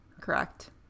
Correct